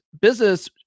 business